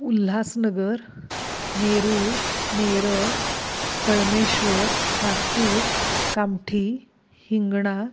Ulhasnagar Nerul Neral Kalmeshwar Nagpur Kamthi Hingna